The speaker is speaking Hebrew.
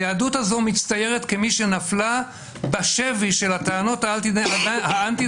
היהדות הזו מצטיירת כמי שנפלה בשבי של הטענות האנטי-דמוקרטיות.